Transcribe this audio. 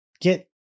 Get